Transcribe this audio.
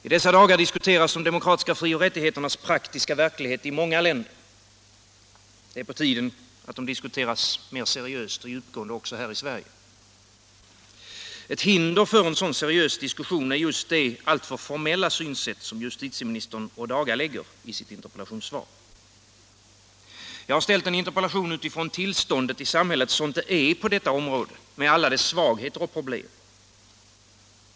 I dessa dagar diskuteras de demokratiska frioch rättigheternas praktiska verklighet i många länder. Det är på tiden att de diskuteras mer seriöst och ingående också här i Sverige. Ett hinder för en sådan seriös diskussion är just det alltför formella synsätt som justitieministern ådagalägger i sitt interpellationssvar. Jag har framställt en interpellation med utgång från tillståndet i samhället sådant det är på detta område, med alla dess svagheter och problem.